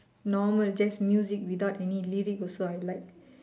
normal just music without any lyric also I like